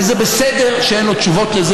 וזה בסדר שאין לו תשובות לזה,